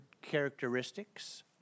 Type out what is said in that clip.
characteristics